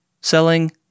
selling